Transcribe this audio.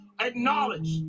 acknowledge